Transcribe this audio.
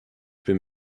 bin